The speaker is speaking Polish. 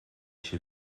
się